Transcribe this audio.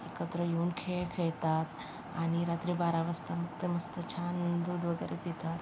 एकत्र येऊन खेळ खेळतात आणि रात्री बारा वाजता मक्त मस्त छान दूध वगैरे पितात